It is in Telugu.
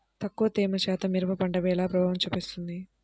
తక్కువ తేమ శాతం మిరప పంటపై ఎలా ప్రభావం చూపిస్తుంది?